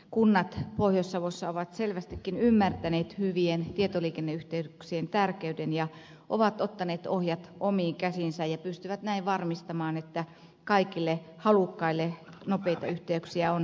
kunnat pohjois savossa ovat selvästikin ymmärtäneet hyvien tietoliikenneyhteyksien tärkeyden ja ovat ottaneet ohjat omiin käsiinsä ja pystyvät näin varmistamaan että kaikille halukkaille nopeita yhteyksiä on tarjolla